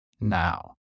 now